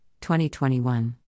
2021